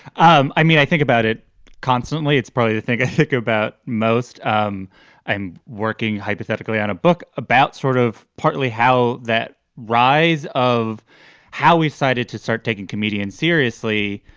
um i mean, i think about it constantly. it's probably i think i think about most. um i'm working hypothetically on a book about sort of partly how that rise of how we cited to start taking comedian seriously.